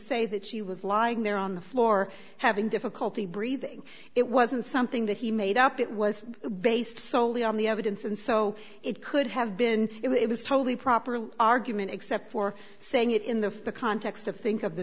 say that she was lying there on the floor having difficulty breathing it wasn't something that he made it was based solely on the evidence and so it could have been it was totally properly argument except for saying it in the context of think of the